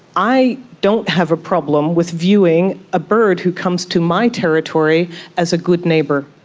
i don't have a problem with viewing a bird who comes to my territory as a good neighbour.